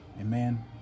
Amen